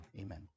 Amen